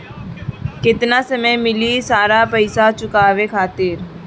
केतना समय मिली सारा पेईसा चुकाने खातिर?